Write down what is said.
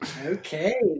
Okay